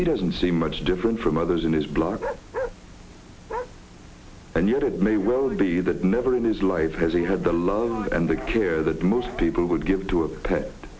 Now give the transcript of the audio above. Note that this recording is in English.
he doesn't seem much different from others in his blog and yet it may well be that never in his life has he had the love and the care that most people would give to a pet